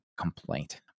complaint